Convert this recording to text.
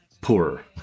poorer